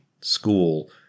school